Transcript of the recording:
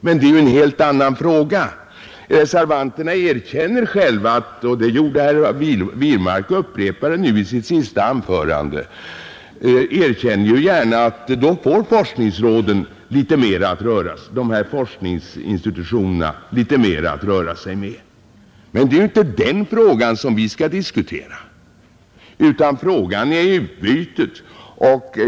Men det är en helt annan fråga. Reservanterna erkänner själva, och herr Wirmark upprepade det i sitt senaste anförande, att nu får forskningsinstitutionerna litet mera att röra sig med. Men det är ju inte den frågan vi skall diskutera, utan forskningsutbytet.